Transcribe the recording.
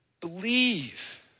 believe